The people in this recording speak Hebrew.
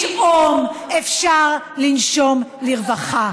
פתאום אפשר לנשום לרווחה.